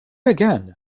again